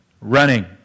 running